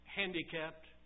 handicapped